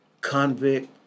convict